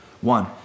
One